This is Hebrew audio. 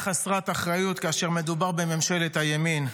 חסרת אחריות כאשר מדובר בממשלת הימין.